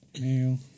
No